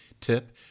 tip